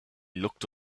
looked